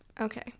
Okay